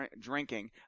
drinking